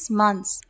months